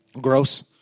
Gross